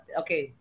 okay